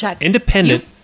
Independent